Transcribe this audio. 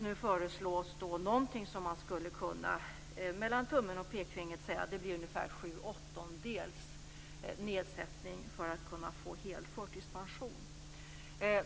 Nu föreslås någonting som man mellan tummen och pekfingret skulle kunna kalla sju åttondels nedsättning för att kunna få hel förtidspension.